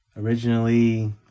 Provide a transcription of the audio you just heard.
Originally